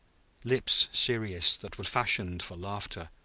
lips serious that were fashioned for laughter,